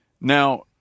Now